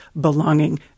belonging